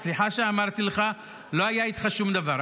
אז סליחה שאמרתי לך, לא היה איתך שום דבר.